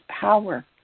power